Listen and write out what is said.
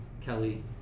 Kelly